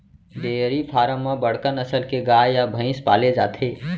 dairy farm म बड़का नसल के गाय या भईंस पाले जाथे